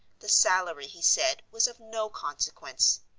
the salary, he said, was of no consequence.